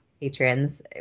patrons